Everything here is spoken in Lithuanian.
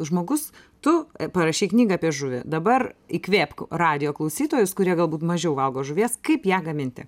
žmogus tu parašei knygą apie žuvį dabar įkvėpk radijo klausytojus kurie galbūt mažiau valgo žuvies kaip ją gaminti